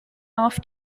off